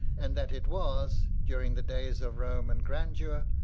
and that it was, during the days of roman grandeur,